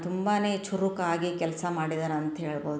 ತುಂಬಾ ಚುರುಕಾಗಿ ಕೆಲಸ ಮಾಡಿದಾರೆ ಅಂತ ಹೇಳ್ಬೋದು